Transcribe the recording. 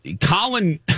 Colin